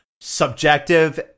Subjective